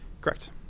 Correct